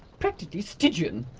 practically stygian!